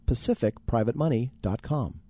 PacificPrivateMoney.com